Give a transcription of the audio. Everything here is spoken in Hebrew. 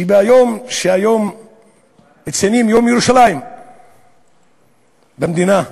היום מציינים את יום ירושלים במדינה ובכנסת.